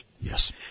Yes